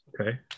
Okay